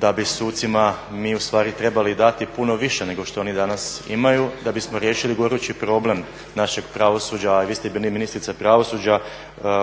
da bi sucima mi ustvari trebali dati puno više nego što oni danas imaju da bismo riješili gorući problem našeg pravosuđa. A vi ste bili ministra pravosuđa